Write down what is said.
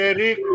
Eric